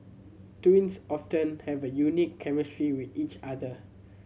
twins often have a unique chemistry with each other